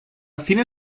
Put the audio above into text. fine